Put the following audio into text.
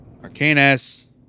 Arcanus